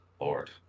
Lord